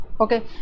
Okay